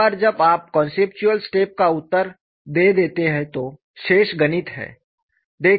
एक बार जब आप कॉन्सेप्चुअल स्टेप का उत्तर दे देते हैं तो शेष गणित है